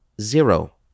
Zero